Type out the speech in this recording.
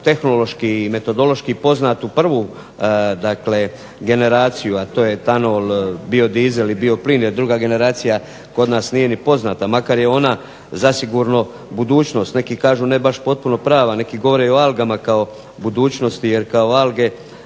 tehnološki i metodološki poznatu prvu generaciju, a to je tanol, biodizel i bioplin jer druga generacija kod nas nije ni poznata makar je ona zasigurno budućnost. Neki kažu ne baš potpuno prava, neki govore i o algama kao budućnosti jer kao alge